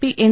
P N